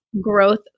growth